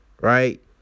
Right